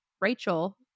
Rachel